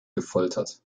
gefoltert